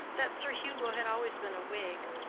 that sir hugo had always been a whig,